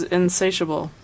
insatiable